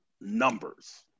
numbers